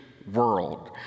World